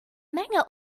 menge